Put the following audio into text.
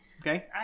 Okay